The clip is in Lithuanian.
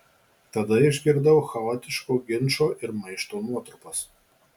tada išgirdau chaotiško ginčo ir maišto nuotrupas